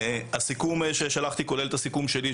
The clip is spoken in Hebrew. הסיכום ששלחתי כולל את הסיכום שלי,